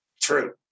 True